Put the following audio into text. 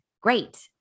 great